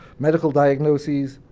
medical diagnoses,